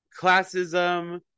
classism